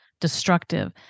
destructive